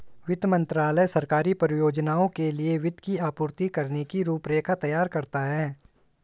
वित्त मंत्रालय सरकारी परियोजनाओं के लिए वित्त की आपूर्ति करने की रूपरेखा तैयार करता है